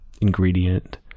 ingredient